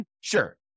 Sure